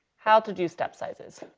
how to do step sizes.